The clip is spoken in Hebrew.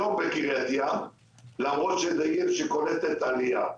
היום בקריית ים, למרות שזו עיר שקולטת עלייה,